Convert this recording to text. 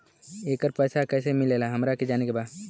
येकर पैसा कैसे मिलेला हमरा के जाने के बा?